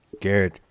Garrett